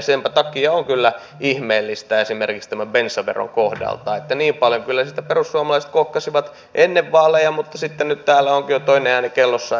senpä takia on kyllä ihmeellistä esimerkiksi tämän bensaveron kohdalta että niin paljon kyllä siitä perussuomalaiset kohkasivat ennen vaaleja mutta sitten nyt täällä onkin jo toinen ääni kellossa